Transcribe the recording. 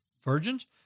virgins